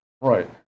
Right